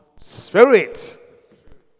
spirit